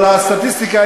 אבל הסטטיסטיקה,